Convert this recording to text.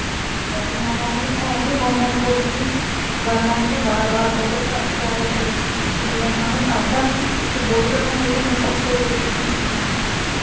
इन्नां पानी है गा नी गौरमैंट कोल बी गौरमैंट बी बार बार बोर कढाई जा दे थल्लै ओह् थल्ले दा पानी आंदा नी बोर कढानें दे बी इन्नें पैसे बेस्ट होंदे